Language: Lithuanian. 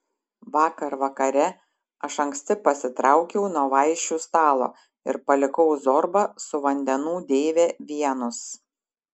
vakar vakare aš anksti pasitraukiau nuo vaišių stalo ir palikau zorbą su vandenų deive vienus